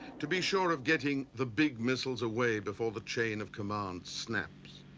to be sure of getting the big missiles away before the chain of command snaps.